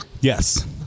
Yes